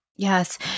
Yes